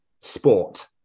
sport